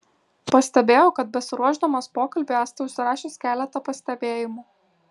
pastebėjau kad besiruošdamas pokalbiui esate užsirašęs keletą pastebėjimų